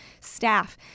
staff